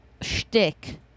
shtick